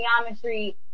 geometry